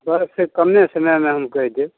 sir एहिसँ कमे समयमे हम कहि देब